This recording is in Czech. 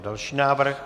Další návrh.